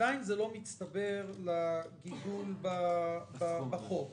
עדיין זה לא מצטבר לגידול בחוב.